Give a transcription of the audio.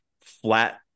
flat